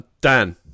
Dan